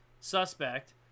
suspect